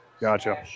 Gotcha